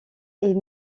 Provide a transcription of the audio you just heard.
est